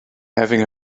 having